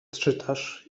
czytasz